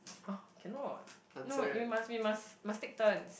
oh cannot no you must we must must take turns